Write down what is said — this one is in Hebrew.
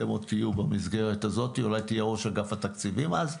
אתם עוד תהיו במסגרת הזאת ואולי תהיה ראש אגף התקציבים אז,